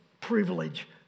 privilege